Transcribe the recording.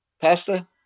Pastor